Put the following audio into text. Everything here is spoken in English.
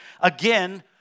Again